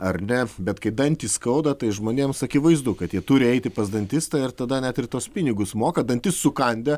ar ne bet kai dantį skauda tai žmonėms akivaizdu kad jie turi eiti pas dantistą ir tada net ir tuos pinigus moka dantis sukandę